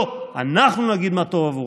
לא, אנחנו נגיד מה טוב עבורכם.